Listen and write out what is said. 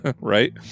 Right